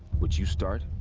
what you start.